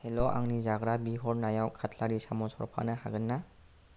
हेल' आंनि जाग्रा बिहरनायाव काटलारि सामस हरफानो हागोन ना